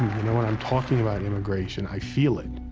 you know what? i'm talking about immigration, i feel it.